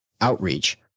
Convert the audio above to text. outreach